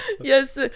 yes